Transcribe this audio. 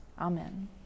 Amen